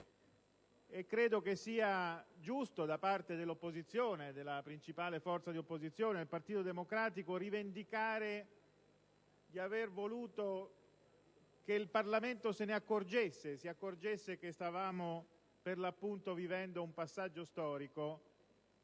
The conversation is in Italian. e credo che sia giusto da parte dell'opposizione, della principale forza dell'opposizione, il Partito Democratico, rivendicare di avere voluto che il Parlamento se ne accorgesse, si accorgesse che stavamo, vivendo un passaggio storico